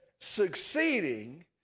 Succeeding